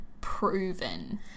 proven